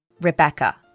Rebecca